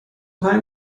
پنج